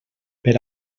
per